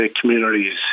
communities